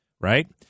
right